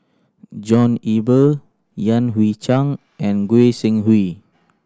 John Eber Yan Hui Chang and Goi Seng Hui